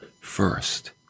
first